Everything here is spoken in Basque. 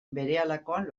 berehalakoan